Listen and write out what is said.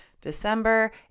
December